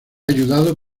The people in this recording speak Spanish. ayudado